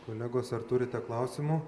kolegos ar turite klausimų